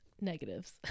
negatives